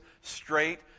straight